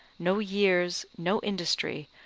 no years, no industry,